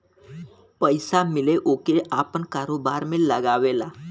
पइसा मिले ओके आपन कारोबार में लगावेला